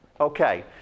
Okay